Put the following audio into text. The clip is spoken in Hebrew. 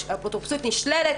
האפוטרופסות נשללת,